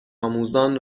آموزان